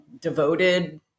devoted